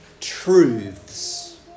truths